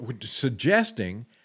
suggesting